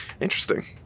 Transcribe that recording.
Interesting